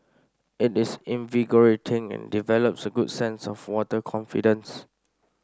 it is invigorating and develops a good sense of water confidence